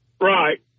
Right